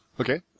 Okay